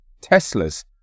Tesla's